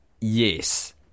Yes